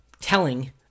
telling